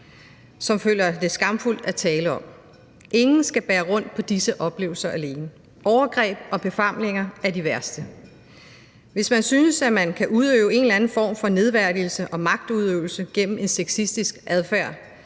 som føler, at det er skamfuldt at tale om. Ingen skal bære rundt på disse oplevelser alene. Overgreb og befamlinger er de værste. Hvis man synes, at man kan udøve en eller anden form for nedværdigelse og magtudøvelse gennem sexistisk adfærd